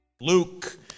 Luke